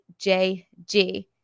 JG